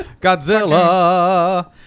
Godzilla